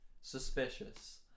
Suspicious